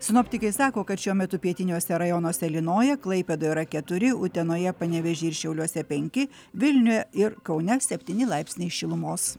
sinoptikai sako kad šiuo metu pietiniuose rajonuose lynoja klaipėdoje yra keturi utenoje panevėžyje ir šiauliuose penki vilniuje ir kaune septyni laipsniai šilumos